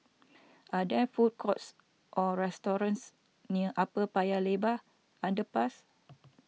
are there food courts or restaurants near Upper Paya Lebar Underpass